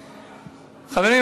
חברים,